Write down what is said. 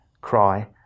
Cry